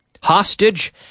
hostage